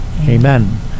Amen